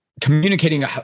communicating